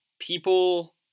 people